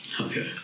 Okay